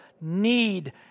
need